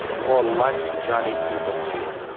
the more lights that chinese people need.